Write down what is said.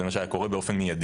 זה מה שהיה קורה באופן מיידי.